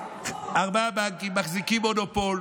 ארבעה בנקים מחזיקים מונופול,